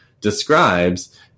describes